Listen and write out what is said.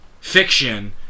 fiction